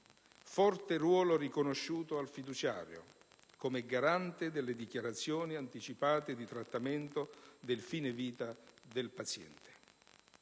forte ruolo riconosciuto al fiduciario, come garante delle dichiarazioni anticipate di trattamento del fine vita del paziente;